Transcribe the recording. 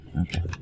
Okay